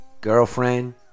girlfriend